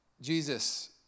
Jesus